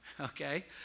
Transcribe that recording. okay